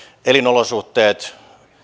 elinolosuhteet